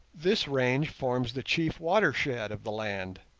this range forms the chief watershed of the land.